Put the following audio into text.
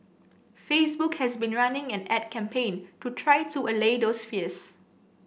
facebook has been running an ad campaign to try to allay those fears